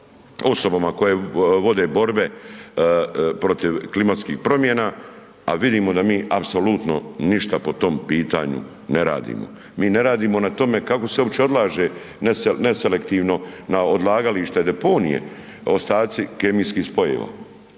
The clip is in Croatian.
osobama koje vode borbe protiv klimatskih promjena, a vidimo da mi apsolutno ništa po tom pitanju ne radimo. Mi ne radimo na tome kako se uopće odlaže neselektivno na odlagalište deponije ostaci kemijskih spojeva.